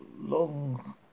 long